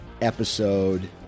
episode